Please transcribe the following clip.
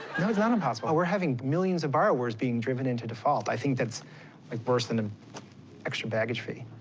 no, it's not impossible. we're having millions of borrowers being driven into default. i think that's like worse than an extra baggage fee.